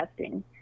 testing